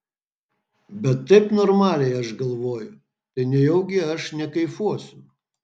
bet taip normaliai aš galvoju tai nejaugi aš nekaifuosiu